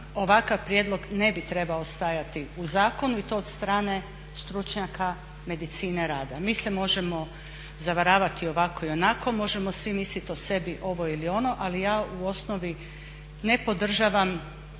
ovakav prijedlog ne bi trebao stajati u zakonu i to od strane stručnjaka medicine rada. Mi se možemo zavaravati ovako i onako, možemo svi misliti o sebi ovo ili ono ali ja u osnovi ne podržavam